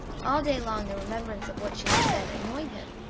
all day long the remembrance of what she had said annoyed him,